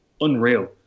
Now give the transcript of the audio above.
unreal